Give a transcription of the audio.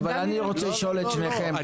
אני רוצה לשאול את שניכם --- לא,